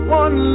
one